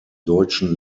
deutschen